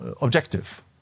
objective